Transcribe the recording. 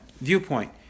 viewpoint